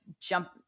jump